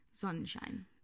sunshine